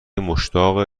مشتاق